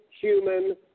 human